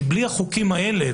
כי בלי החוקים האלה,